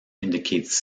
indicates